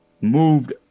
moved